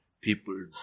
people